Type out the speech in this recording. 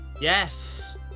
Yes